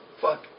fuck